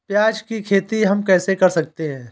प्याज की खेती हम कैसे कर सकते हैं?